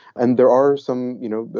and there are some you know,